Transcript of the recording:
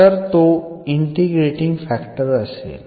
तर तो integrating factor असेल